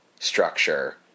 structure